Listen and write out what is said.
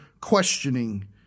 questioning